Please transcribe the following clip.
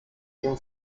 ihm